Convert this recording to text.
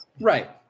Right